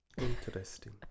interesting